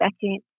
second